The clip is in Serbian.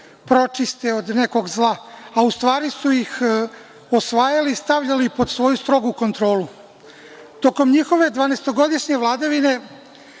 pročiste od nekog zla, a u stvari su ih osvajali i stavljali pod svoju strogu kontrolu. Tokom njihove 12-godišnje vladavine,